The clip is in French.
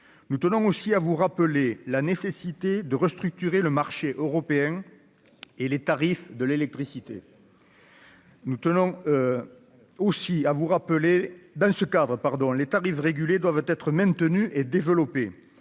nous tenons aussi à vous rappeler la nécessité de restructurer le marché européen et les tarifs de l'électricité. Nous tenons aussi à vous rappeler dans ce cadre, pardon, les tarifs régulés doivent être maintenus et développés,